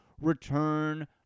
return